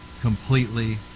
completely